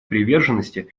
приверженности